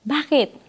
Bakit